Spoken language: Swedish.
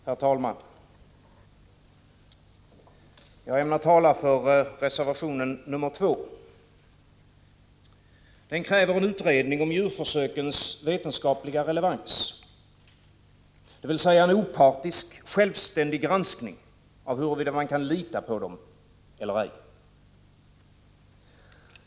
Herr talman! Jag ämnar tala för reservation nr 2. I den krävs en utredning om djurförsökens vetenskapliga relevans, dvs. en opartisk, självständig granskning av huruvida man kan lita på dem eller ej.